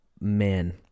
man